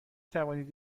توانید